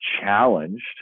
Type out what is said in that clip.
challenged